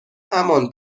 همان